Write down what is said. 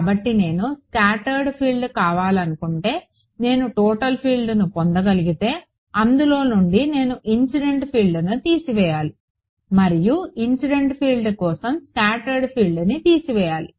కాబట్టి నేను scattered field కావాలనుకుంటే నేను టోటల్ ఫీల్డ్ను పొందగలిగితే అందులో నుండి నేను ఇన్సిడెంట్ ఫీల్డ్ను తీసివేయాలి మరియు ఇన్సిడెంట్ ఫీల్డ్ను కోసం స్కాటర్డ్ ఫీల్డ్ తీసివేయాలి